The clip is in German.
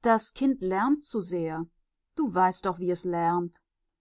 das kind lärmt zu sehr du weißt doch wie es